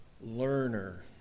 learner